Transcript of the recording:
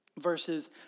Verses